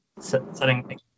setting